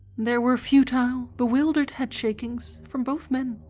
there were futile, bewildered head-shakings from both men,